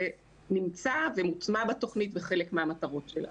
זה נמצא ומוטמע בתוכנית בחלק מהמטרות שלה.